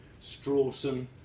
Strawson